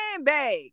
bag